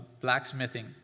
blacksmithing